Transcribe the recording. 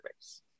base